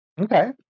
Okay